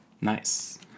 Nice